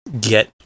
get